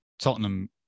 Tottenham